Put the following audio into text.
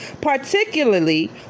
Particularly